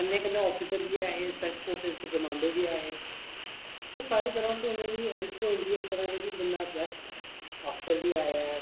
कन्ने कन्ने आफॅिसर बी ऐ है पैरा फोर्सिस दे काॅमाडो बी ऐ है सो सारी तरफ दा उनें दी हैल्प होई जंदी इक तरह दी कि अफ्सर बी ऐ